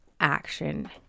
action